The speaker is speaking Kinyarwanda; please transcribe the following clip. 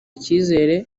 ikizere